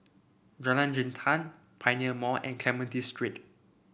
Jalan Jintan Pioneer Mall and Clementi Street